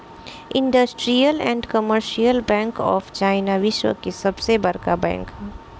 industrial and commercial bank of China विश्व की सबसे बड़का बैंक ह